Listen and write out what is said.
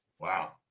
Wow